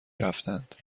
رفتند